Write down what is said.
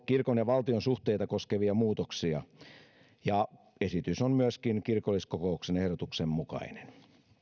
kirkon ja valtion suhteita koskevia muutoksia esitys on myöskin kirkolliskokouksen ehdotuksen mukainen